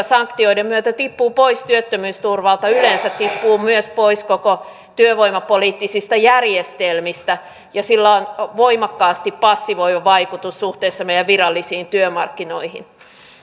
sanktioiden myötä tippuvat pois työttömyysturvalta yleensä tippuvat pois myös koko työvoimapoliittisista järjestelmistä ja sillä on voimakkaasti passivoiva vaikutus suhteessa meidän virallisiin työmarkkinoihin